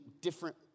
different